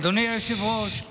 אדוני היושב-ראש,